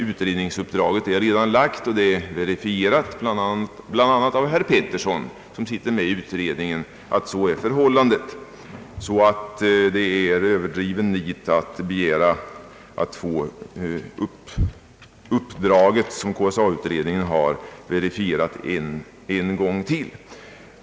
Utredningsuppdraget har redan givits — det har verifierats bl.a. av herr Erik Filip Petersson, som sitter med i utredningen, att så är förhållandet. Det är således överdrivet nit att begära, att få det uppdrag som KSA-utredningen har, verifierat en gång till.